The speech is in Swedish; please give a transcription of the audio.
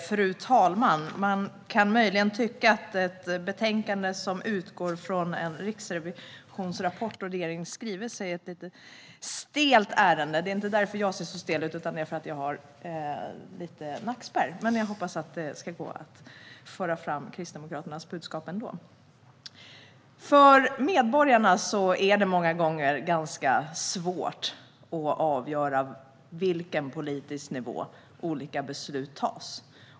Fru talman! Man kan möjligen tycka att ett betänkande som utgår från en riksrevisionsrapport och regeringens skrivelse är ett lite stelt ärende. Det är inte därför jag ser så stel ut, utan det är för att jag har lite nackspärr. Men jag hoppas att det ska gå att föra fram Kristdemokraternas budskap ändå. För medborgarna är det många gånger svårt att avgöra på vilken politisk nivå olika beslut tas.